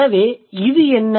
எனவே இது என்ன